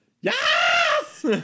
Yes